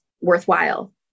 worthwhile